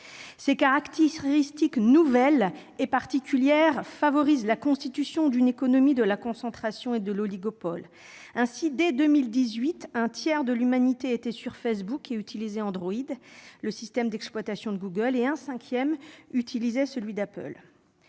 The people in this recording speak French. Ces caractéristiques nouvelles et particulières favorisent la constitution d'une économie de la concentration et d'oligopoles. Ainsi, dès 2018, un tiers de l'humanité était sur Facebook et recourait à Android, le système d'exploitation de Google, et un cinquième utilisait celui d'Apple.